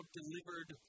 delivered